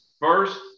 First